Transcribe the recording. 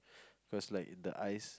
cause like in the eyes